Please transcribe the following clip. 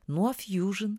nuo fusion